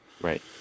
Right